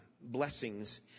blessings